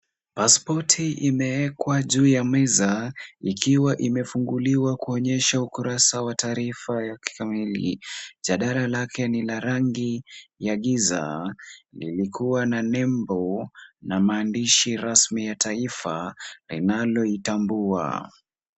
Pasipoti imewekwa juu ya meza, ikiwa imefunguliwa kuonyesha ukurasa wa taarifa ya kikamili. Jadala lake ni la rangi ya giza, lilikuwa na nembo na maandishi rasmi ya taifa linaloitambua.